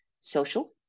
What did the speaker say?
social